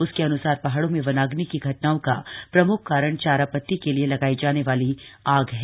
उसके अनुसार पहाड़ों में वनाग्नि की घटनाओं का प्रमुख कारण चारापत्ती के लिए लगाई जानी वाली आग है